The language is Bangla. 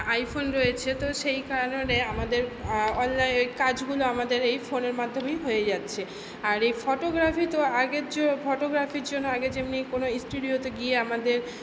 আইফোন রয়েছে তো সেই কারণে আমাদের অনলাইন কাজগুলো আমাদের এই ফোনের মাধ্যমেই হয়ে যাচ্ছে আর এই ফটোগ্রাফি তো আগের যে ফটোগ্রাফির জন্য আগে যেমনি কোনো ইস্টুডিয়োতে গিয়ে আমাদের